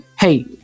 hey